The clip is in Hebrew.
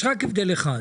יש רק הבדל אחד,